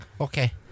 Okay